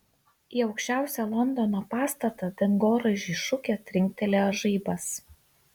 į aukščiausią londono pastatą dangoraižį šukė trinktelėjo žaibas